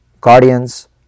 guardians